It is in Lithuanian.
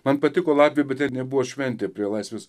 man patiko latviai bet nebuvo šventė prie laisvės